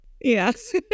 Yes